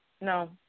no